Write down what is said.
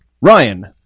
Ryan